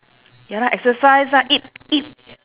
ya lah exercise ah eat eat